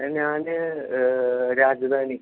ഞാൻ രാജധാനി